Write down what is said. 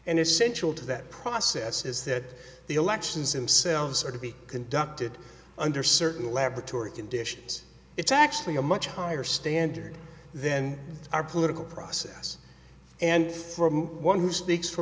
and essential to that process is that the elections him selves are to be conducted under certain laboratory conditions it's actually a much higher standard then our political process and from one who speaks for